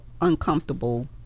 uncomfortable